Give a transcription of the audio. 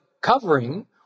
covering